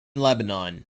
lebanon